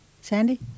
Sandy